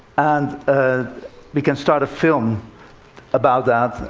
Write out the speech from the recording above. and ah we can start a film about that,